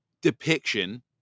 depiction